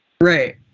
right